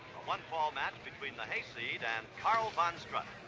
one-fall match between the hayseed and karl van striker.